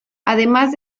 además